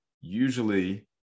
usually